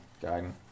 guiding